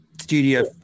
Studio